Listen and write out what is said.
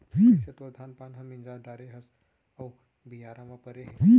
कइसे तोर धान पान ल मिंजा डारे हस अउ बियारा म परे हे